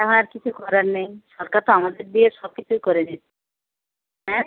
তা আর আর কিছু করার নেই সরকার তো আমাদের দিয়ে সব কিছুই করে দিচ্ছে হ্যাঁ